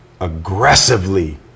aggressively